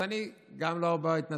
אז אני גם לא בהתנתקות.